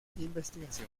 investigación